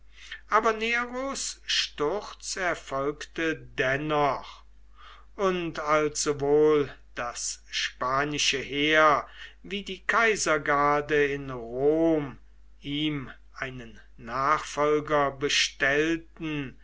aber neros sturz erfolgte dennoch und als sowohl das spanische heer wie die kaisergarde in rom ihm einen nachfolger bestellten